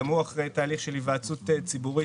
גם הוא אחרי תהליך ארוך של היוועצות ציבורית,